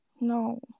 No